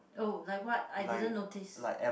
oh like what I didn't notice